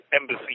embassy